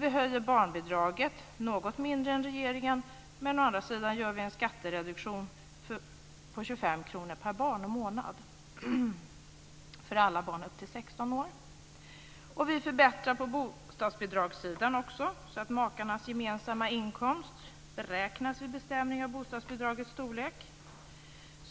Vi höjer barnbidraget, något mindre än regeringen, men vi har i stället en skattereduktion på 25 kr per barn och månad för alla barn upp till 16 år. Vi förbättrar också på bostadsbidragssidan, så att makarnas gemensamma inkomst beräknas vid bestämning av bostadsbidragets storlek.